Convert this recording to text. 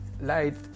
Light